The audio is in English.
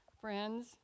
friends